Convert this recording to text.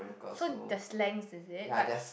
so the slang is it but